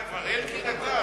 אתה כבר אלקין אתה?